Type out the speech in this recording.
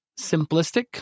simplistic